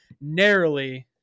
narrowly